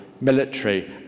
military